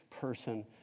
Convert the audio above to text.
person